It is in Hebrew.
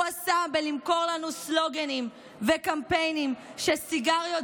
הוא עשה בלמכור לנו סלוגנים וקמפיינים שסיגריות